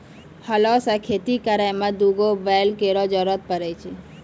हलो सें खेती करै में दू गो बैल केरो जरूरत पड़ै छै